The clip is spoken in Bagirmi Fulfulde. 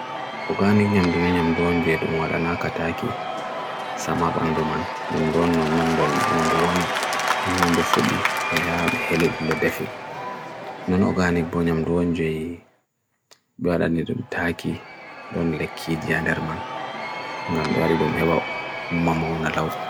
Oganik nium dun nium dun jedun walana ka ta ki samapanduman Lum dun nundun nundu anymoreni nundu fo di perab helidum medefi Non oganik bon nyium dun jedu Bualan nium dun ta ki dun leki di handerman Mangan veri dum hewa umama un alaw